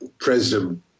President